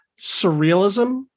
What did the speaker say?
surrealism